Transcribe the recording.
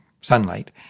sunlight